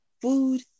Food